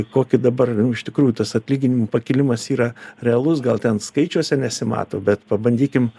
kokį dabar iš tikrųjų tas atlyginimų pakilimas yra realus gal ten skaičiuose nesimato bet pabandykim